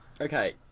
Okay